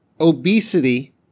obesity